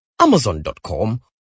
amazon.com